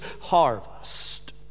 harvest